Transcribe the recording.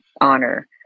honor